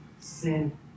sin